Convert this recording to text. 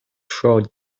trod